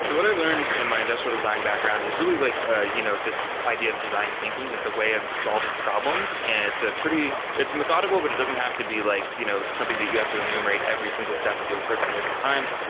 what i learned in my industrial design background is really like ah you know this idea of design thinking. it's a way of solving problems and it's a pretty it's methodical, but it doesn't have to be like you know something that you have to enumerate every single step and do it perfectly every time.